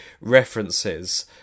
references